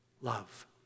love